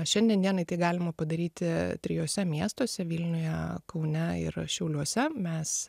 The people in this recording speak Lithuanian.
šiandien dienai tai galima padaryti trijuose miestuose vilniuje kaune ir šiauliuose mes